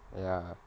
ya